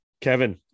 kevin